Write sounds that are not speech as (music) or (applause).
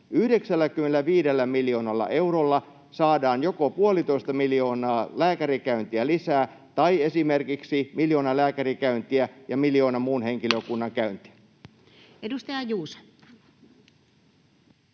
95 miljoonalla eurolla saadaan joko 1,5 miljoonaa lääkärikäyntiä lisää tai esimerkiksi miljoona lääkärikäyntiä ja miljoona muun henkilökunnan (noise)